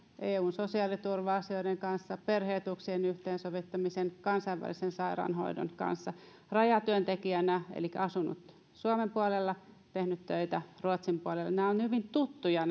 eun sosiaaliturva asioiden perhe etuuksien yhteensovittamisen kansainvälisen sairaanhoidon kanssa rajatyöntekijänä elikkä olen asunut suomen puolella tehnyt töitä ruotsin puolella nämä rajaestekysymykset ovat hyvin tuttuja